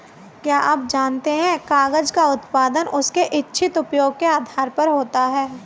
क्या आप जानते है कागज़ का उत्पादन उसके इच्छित उपयोग के आधार पर होता है?